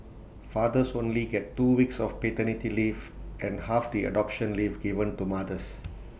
fathers only get two weeks of paternity leave and half the adoption leave given to mothers